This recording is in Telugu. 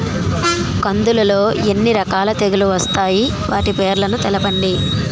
కందులు లో ఎన్ని రకాల తెగులు వస్తాయి? వాటి పేర్లను తెలపండి?